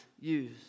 use